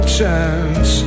chance